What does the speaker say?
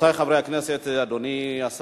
בעד, 4, אין מתנגדים.